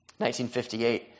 1958